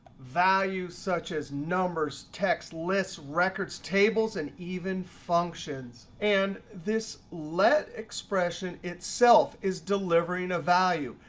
value such as numbers, texts, lists, records, tables, and even functions. and this let expression itself is delivering a value.